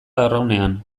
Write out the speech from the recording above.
arraunean